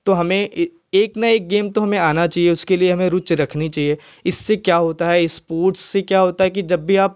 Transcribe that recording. तो हमें ए एक न एक गेम तो हमें आना चाहिए उसके लिए हमे रूचि रखनी चाहिए इससे क्या होता है स्पोर्ट्स से क्या होता है की जब भी आप